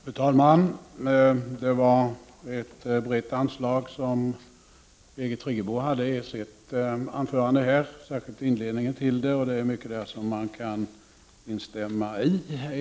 Fru talman! Det var ett brett anslag Birgit Friggebo hade i sitt anförande, särskilt i inledningen av det. Det var mycket i hennes anförande som jag kan instämma i.